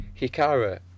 Hikara